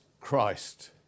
christ